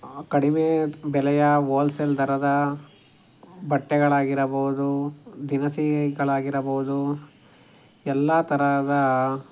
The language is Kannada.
ಕಡಿಮೆ ಬೆಲೆಯ ಓಲ್ಸೆಲ್ ದರದ ಬಟ್ಟೆಗಳಾಗಿರಬೋದು ದಿನಸಿಗಳಾಗಿರಬೋದು ಎಲ್ಲಾ ತರಹದ